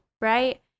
Right